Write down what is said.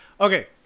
Okay